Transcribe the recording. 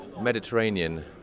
Mediterranean